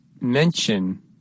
Mention